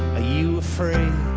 ah you afraid